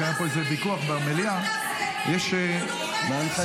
כי היה פה איזה ויכוח במליאה ------ מה ההנחיה?